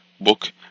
book